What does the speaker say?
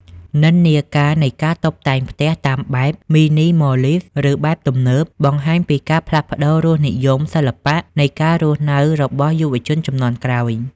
និន្នាការនៃការតុបតែងផ្ទះតាមបែប Minimalist ឬបែបទំនើប បង្ហាញពីការផ្លាស់ប្តូររសនិយមសិល្បៈនៃការរស់នៅរបស់យុវជនជំនាន់ក្រោយ។